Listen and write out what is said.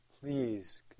please